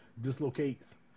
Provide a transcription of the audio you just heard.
Dislocates